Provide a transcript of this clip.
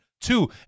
Two